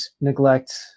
neglect